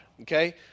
okay